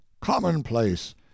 commonplace